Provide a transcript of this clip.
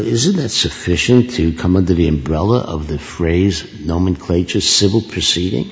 is that sufficient to come under the umbrella of the phrase nomenclature civil proceeding